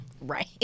Right